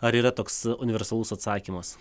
ar yra toks universalus atsakymas